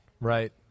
Right